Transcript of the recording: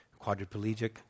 quadriplegic